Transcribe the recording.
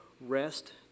rest